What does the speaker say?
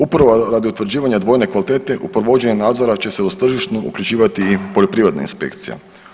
Upravo radi utvrđivanja dvojne kvalitete u provođenju nadzora će se uz tržišnu uključivati i poljoprivredna inspekcija.